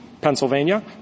Pennsylvania